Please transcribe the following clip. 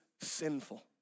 sinful